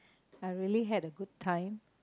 I really had a good time